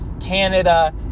Canada